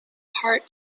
heart